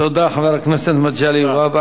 תודה, חבר הכנסת מגלי והבה.